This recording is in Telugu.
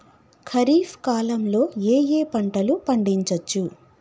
ఖరీఫ్ కాలంలో ఏ ఏ పంటలు పండించచ్చు?